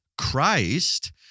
Christ